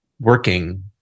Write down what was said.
working